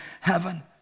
heaven